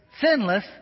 sinless